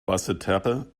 basseterre